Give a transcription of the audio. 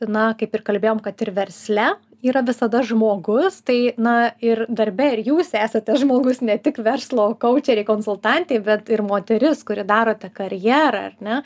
na kaip ir kalbėjom kad ir versle yra visada žmogus tai na ir darbe ir jūs esate žmogus ne tik verslo koučerė konsultantė bet ir moteris kuri darote karjerą ar ne